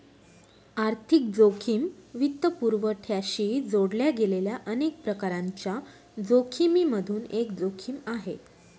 आर्थिक जोखिम वित्तपुरवठ्याशी जोडल्या गेलेल्या अनेक प्रकारांच्या जोखिमिमधून एक जोखिम आहे